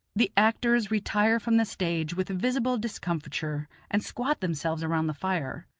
the actors retire from the stage with visible discomfiture and squat themselves around the fire.